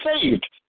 saved